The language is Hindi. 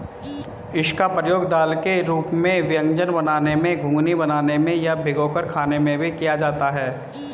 इसका प्रयोग दाल के रूप में व्यंजन बनाने में, घुघनी बनाने में या भिगोकर खाने में भी किया जाता है